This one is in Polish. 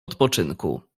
odpoczynku